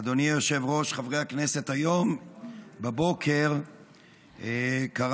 אדוני היושב-ראש, חברי הכנסת, היום בבוקר קרה,